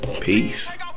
peace